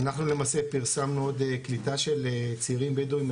אנחנו למעשה פרסמנו עוד קליטה של צעירים בדואים,